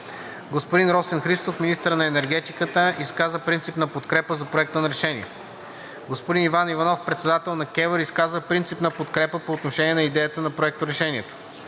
Господин Росен Христов – министърът на енергетиката, изказа принципна подкрепа за Проекта на решение. Господин Иван Иванов – председател на КЕВР, изказа принципна подкрепа по отношение на идеята на Проекторешението.